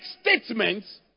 statements